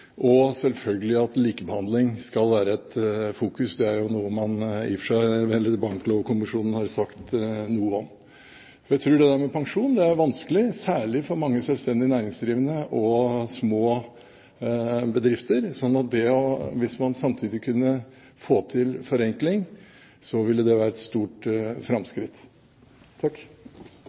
og selvfølgelig skal likebehandling være i fokus. Det er jo noe Banklovkommisjonen har sagt noe om. Det med pensjon er vanskelig, særlig for mange selvstendig næringsdrivende og små bedrifter. Så hvis man samtidig kunne få til forenkling, ville det være et stort framskritt.